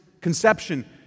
conception